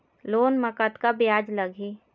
Loan म कतका ब्याज लगही?